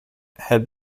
had